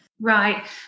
Right